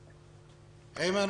הסוגיה של הנבדקים,